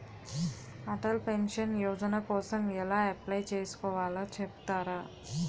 Atal pension Yojana కోసం ఎలా apply చేసుకోవాలో చెపుతారా?